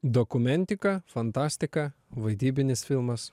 dokumentika fantastika vaidybinis filmas